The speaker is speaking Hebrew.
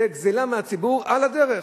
זו גזלה מהציבור על הדרך.